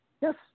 Yes